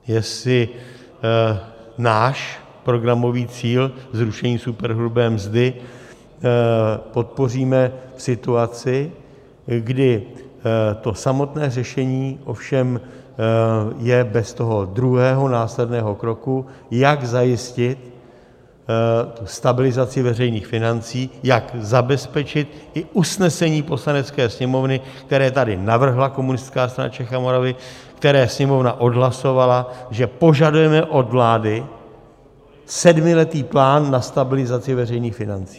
Jestli náš programový cíl zrušení superhrubé mzdy podpoříme v situaci, kdy to samotné řešení ovšem je bez toho druhého následného kroku, jak zajistit stabilizaci veřejných financí, jak zabezpečit i usnesení Poslanecké sněmovny, které tady navrhla Komunistická stran Čech a Moravy, které Sněmovna odhlasovala, že požadujeme od vlády sedmiletý plán na stabilizaci veřejných financí.